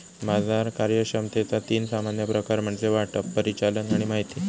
बाजार कार्यक्षमतेचा तीन सामान्य प्रकार म्हणजे वाटप, परिचालन आणि माहिती